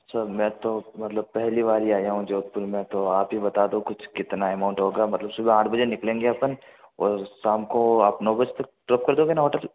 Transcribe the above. sir मैं तो मतलब पहली बार ही आया हूँ जोधपुर में तो आप ही बता दो कुछ कितना अमाउंट होगा मतलब सुबह आठ बजे निकलेंगे अपन और शाम को आप नौ बजे तक ड्रॉप कर दोगे ना ऑटो से